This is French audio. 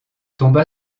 tomba